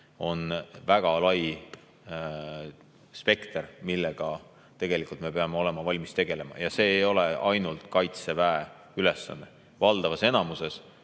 on väga lai spekter, millega tegelikult me peame olema valmis tegelema. Ja see ei ole ainult Kaitseväe ülesanne. Enamasti